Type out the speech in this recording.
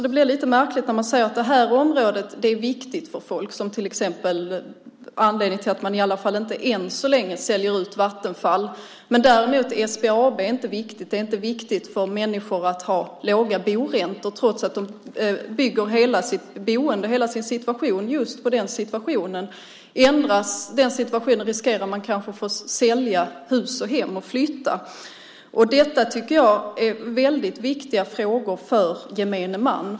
Det blir lite märkligt när man säger att det här området är viktigt för folk och anledningen till att man åtminstone än så länge inte säljer ut Vattenfall. SBAB är däremot inte viktigt. Det är inte viktigt för människor att ha låga boräntor trots att de bygger hela sitt boende på detta. Om situationen ändras kanske man riskerar att få sälja hus och hem och flytta. Jag tycker att det är väldigt viktiga frågor för gemene man.